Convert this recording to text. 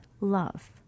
love